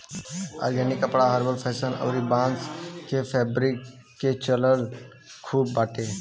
organic कपड़ा herbal fashion अउरी बांस के फैब्रिक के चलन खूब बाटे